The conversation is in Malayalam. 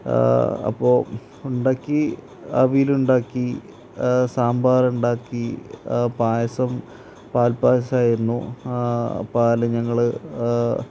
അപ്പോള് ഉണ്ടാക്കി അവീലുണ്ടാക്കി സാമ്പാറുണ്ടാക്കി പായസം പാൽപ്പായസായിരുന്നു പാല് ഞങ്ങള്